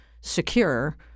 secure